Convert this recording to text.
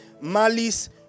malice